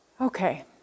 Okay